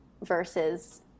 versus